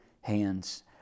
hands